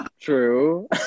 True